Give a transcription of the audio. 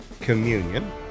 communion